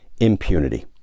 impunity